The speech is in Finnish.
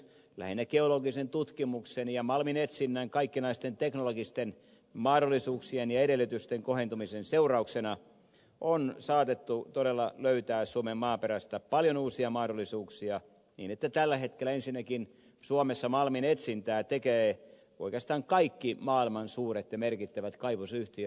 lähinnä geologisen tutkimuksen ja malminetsinnän kaikkinaisten teknologisten mahdollisuuksien ja edellytysten kohentumisen seurauksena on saatettu todella löytää suomen maaperästä paljon uusia mahdollisuuksia niin että tällä hetkellä ensinnäkin suomessa malminetsintää tekevät oikeastaan kaikki maailman suuret ja merkittävät kaivosyhtiöt